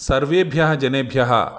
सर्वेभ्यः जनेभ्यः